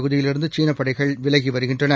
பகுதியிலிருந்து சீனப் படைகள் விலகிவருகின்றன